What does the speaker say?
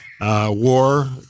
war